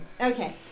Okay